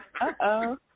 Uh-oh